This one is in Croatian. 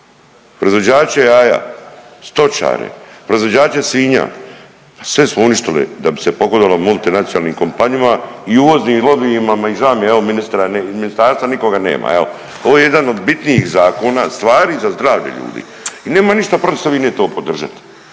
Proizvođače jaja, stočare, proizvođače svinja pa sve smo uništili da bi se pogodovalo multinacionalnim kompanijama i uvoznim lobijima i ža mi je evo ministra iz ministarstva nikoga nema evo. Ovo je jedan od bitnijih zakona, stvari za zdravlje ljude i nemam ništa protiv što vi